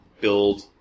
build